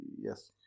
Yes